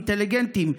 אינטליגנטים,